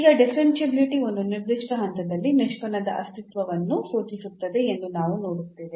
ಈಗ ಡಿಫರೆನ್ಷಿಯಾಬಿಲಿಟಿ ಒಂದು ನಿರ್ದಿಷ್ಟ ಹಂತದಲ್ಲಿ ನಿಷ್ಪನ್ನದ ಅಸ್ತಿತ್ವವನ್ನು ಸೂಚಿಸುತ್ತದೆ ಎಂದು ನಾವು ನೋಡುತ್ತೇವೆ